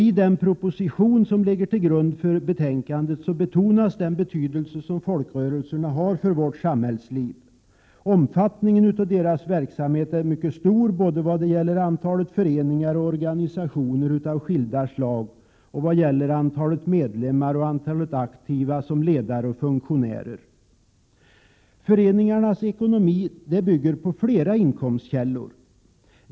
I propositionen som ligger till grund för betänkandet betonas den betydelse som folkrörelserna har i vårt samhällsliv. Omfattningen av deras verksamhet är mycket stor både då det gäller antalet föreningar och organisationer av skilda slag och såvitt gäller antalet medlemmar och antalet aktiva ledare och funktionärer. Föreningarnas ekonomi bygger på flera inkomstkällor.